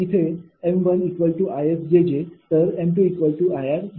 येथे m1𝐼𝑆𝑗𝑗m2𝐼𝑅𝑗𝑗 आहेत